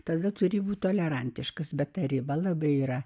tada turi būti tolerantiškas bet ta riba labai yra